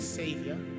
savior